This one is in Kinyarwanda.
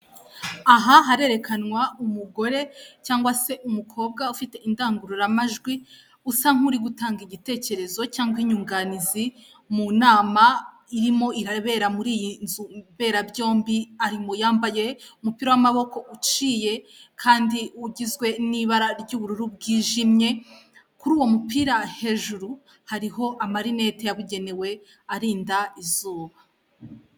Aha harerekanwa umugore cyangwa se umukobwa ufite indangururamajwi, usa nk'uri gutanga igitekerezo cyangwa inyunganizi mu nama, irimo irabera muri iyi nzu mberabyombi arimo, yambaye umupira w'amaboko uciye kandi ugizwe n'ibara ry'ubururu bwijimye, kuri uwo mupira hejuru hariho amarinete yabugenewe arinda izuba.